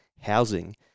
housing